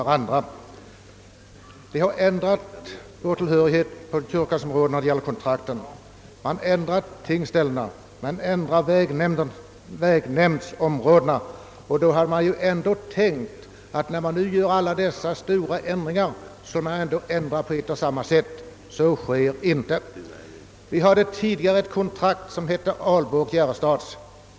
Sålunda har såväl kontraktsindelning som tingsställe och vägnämndsområden ändrats. Och när nu sådana ändringar sker, bör det ju ändå göras likformigt. Det sker inte. Tidigare hade vit.ex. ett kontrakt som hette Albo-Järrestad.